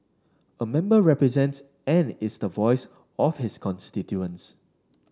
a member represents and is the voice of his constituents